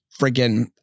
freaking